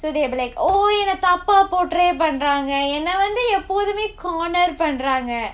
so they will be like oh என்ன தப்பா:enna thappaa portray பண்ணுறாங்க என்ன வந்து எப்போதுமே:pannuraanga enna vanthu eppodhumae corner பண்ணுறாங்க:pannuraanga